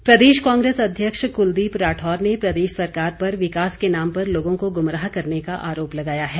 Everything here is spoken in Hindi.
राढौर प्रदेश कांग्रेस अध्यक्ष कलदीप राठौर ने प्रदेश सरकार पर विकास के नाम पर लोगों को गुमराह करने का आरोप लगाया है